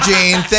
Gene